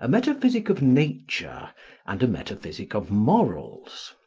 a metaphysic of nature and a metaphysic of morals.